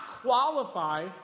qualify